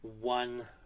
one